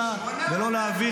ואתה מחנך